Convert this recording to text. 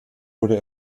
wurde